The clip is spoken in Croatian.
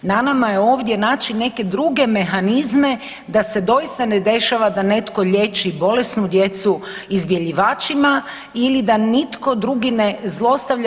Na nama je ovdje naći neke druge mehanizme da se doista ne dešava da netko liječi bolesnu djecu izbjeljivačima ili da nitko drugi ne zlostavlja.